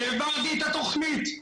העברתי את התכנית.